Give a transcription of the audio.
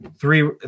three